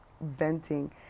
venting